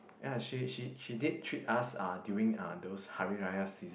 ya she she she did treat us uh during uh those Hari-Raya season